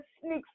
sneaks